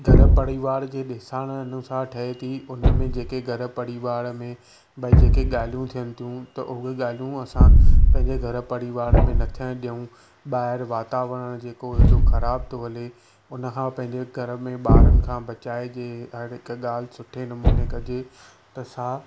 घरु परिवार जे ॾिसणु अनुसारु ठहे थी उन में जेके घरु परिवार में बई जेके ॻाल्हियूं थियनि थियूं त उहे ॻाल्हियूं असां पंहिंजे घरु परिवार में न थियणु ॾियऊं ॿाहिरि वातावरणु जेको हेॾो ख़राबु थो हले उन खां पंहिंजे घर में ॿारनि खां बचाइजे हर हिकु ॻाल्हि सुठे नमूने कजे त सां